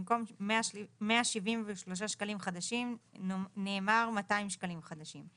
במקום "173 שקלים חדשים נאמר "200 שקלים חדשים".